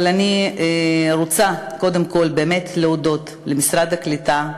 אבל אני רוצה קודם כול באמת להודות למשרד הקליטה,